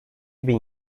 bin